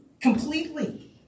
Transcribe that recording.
Completely